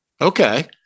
Okay